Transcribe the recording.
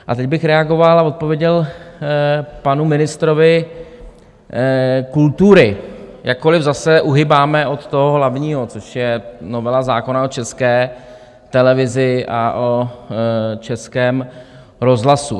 A teď bych reagoval a odpověděl panu ministrovi kultury, jakkoliv zase uhýbáme od toho hlavního, což je novela zákona o České televizi a o Českém rozhlasu.